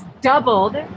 doubled